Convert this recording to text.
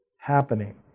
happening